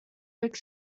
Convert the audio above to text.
rick